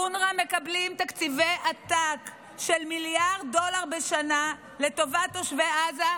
אונר"א מקבלים תקציבי עתק של מיליארד דולר בשנה לטובת תושבי עזה,